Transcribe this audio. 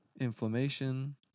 Inflammation